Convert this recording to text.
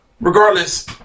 Regardless